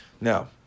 Now